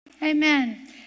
Amen